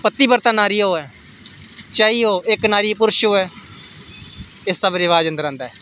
पतिवर्ता नारी होऐ चाहे ओह् इक नारी पुरश होऐ एह् सब रवाज दे अंदर आंदा ऐ